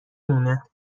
مونه